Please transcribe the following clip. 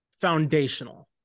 foundational